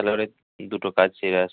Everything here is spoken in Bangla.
তাহলে পরে দুটো কাজ সেরে আসি